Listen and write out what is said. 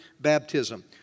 baptism